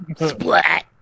Splat